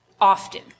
often